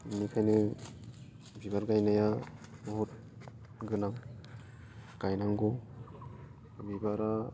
बेनिखायनो बिबार गायनाया बुहुद गोनां गायनांगौ बिबारा